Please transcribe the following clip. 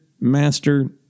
master